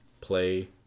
play